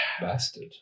Bastard